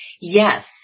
Yes